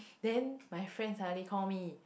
then my friend suddenly call me